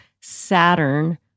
Saturn